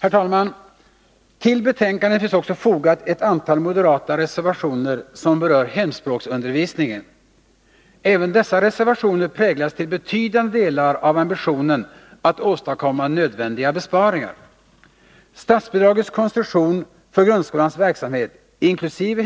Herr talman! Till betänkandet finns också fogat ett antal moderata reservationer som berör hemspråksundervisningen. Även dessa reservationer präglas till betydande delar av ambitionen att åstadkomma nödvändiga besparingar. Statsbidragets konstruktion för grundskolans verksamhet, inkl.